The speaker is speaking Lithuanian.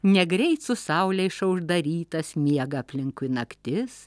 negreit su saule išauš dar rytas miega aplinkui naktis